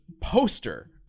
poster